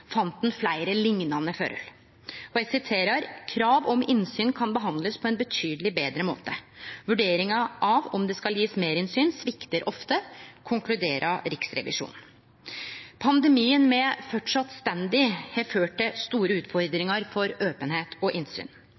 fleire liknande forhold. «Krav om innsyn kan behandles på en betydeleg bedre måte. Vurderingen av om det skal gis merinnsyn svikter ofte», konkluderer Riksrevisjonen. Pandemien me framleis står i, har ført til store utfordringar for openheit og innsyn.